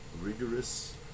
rigorous